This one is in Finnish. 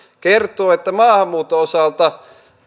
kertoo että maahanmuuton osalta